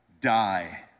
die